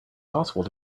possible